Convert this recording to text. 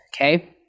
Okay